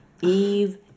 Eve